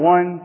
One